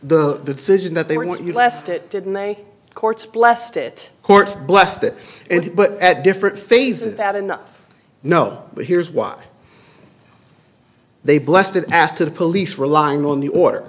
the decision that they want you left it didn't they courts blessed it courts blessed it and but at different phases that in no way here's what they blasted asked to the police relying on the order